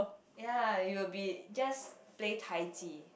ya you will be just play Tai-Ji